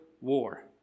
war